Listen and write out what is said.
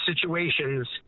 situations